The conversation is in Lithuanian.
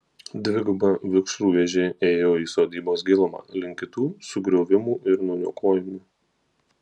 dviguba vikšrų vėžė ėjo į sodybos gilumą link kitų sugriovimų ir nuniokojimų